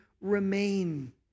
remain